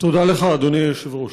תודה לך אדוני היושב-ראש,